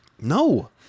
No